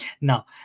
Now